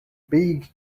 big